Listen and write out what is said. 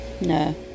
no